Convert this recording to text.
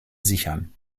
sichern